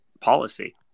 policy